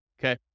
Okay